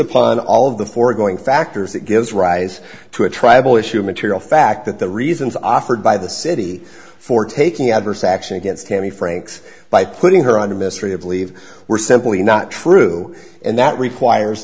upon all of the foregoing factors that gives rise to a tribal issue material fact that the reasons offered by the city for taking adverse action against him franks by putting her on administrative leave were simply not true and that requires